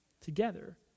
together